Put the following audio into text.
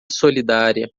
solidária